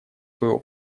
своего